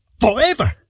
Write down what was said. forever